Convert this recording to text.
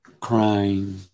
crying